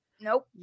nope